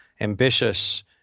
ambitious